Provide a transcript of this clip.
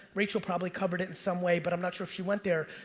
rachel probably covered it in some way, but i'm not sure if she went there,